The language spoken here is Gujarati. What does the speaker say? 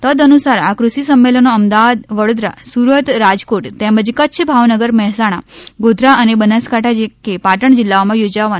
તદ્દઅનુસાર આ કૃષિ સંમેલનો અમદાવાદ વડોદરા સુરત રાજકોટ તેમજ કચ્છ ભાવનગર મહેસાણા ગોધરા અને બનાસકાંઠા કે પાટણ જિલ્લાઓમાં યોજવાનું આયોજન છે